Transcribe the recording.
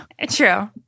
True